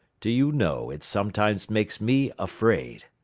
do you know, it sometimes makes me afraid.